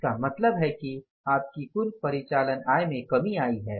इसका मतलब है कि आपकी कुल परिचालन आय में कमी आई है